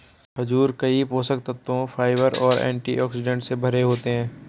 खजूर कई पोषक तत्वों, फाइबर और एंटीऑक्सीडेंट से भरपूर होते हैं